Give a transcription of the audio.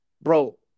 Bro